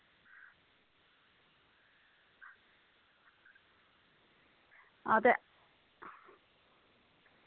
आं ते